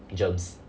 germs